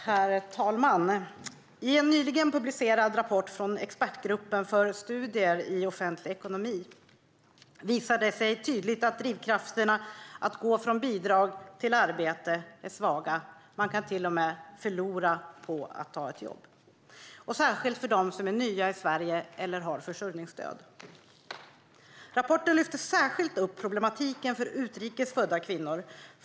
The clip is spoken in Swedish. Herr talman! I en nyligen publicerad rapport från Expertgruppen för studier i offentlig ekonomi visas det tydligt att drivkrafterna att gå från bidrag till arbete är svaga. Man kan till och med förlora på att ta ett jobb, särskilt de som är nya i Sverige eller har försörjningsstöd. Rapporten lyfter särskilt upp problematiken för utrikes födda kvinnor.